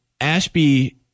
Ashby